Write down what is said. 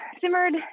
simmered